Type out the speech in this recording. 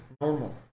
normal